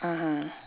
ah